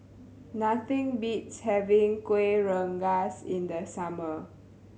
nothing beats having Kuih Rengas in the summer